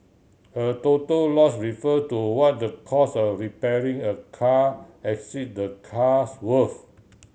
a total loss refer to what the cost of repairing a car exceed the car's worth